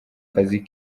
kazi